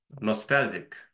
nostalgic